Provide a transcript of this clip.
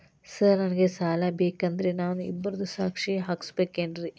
Sir ನನಗೆ ಸಾಲ ಬೇಕಂದ್ರೆ ನಾನು ಇಬ್ಬರದು ಸಾಕ್ಷಿ ಹಾಕಸಬೇಕೇನ್ರಿ?